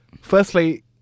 Firstly